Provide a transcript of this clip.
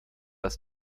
ist